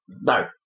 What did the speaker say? No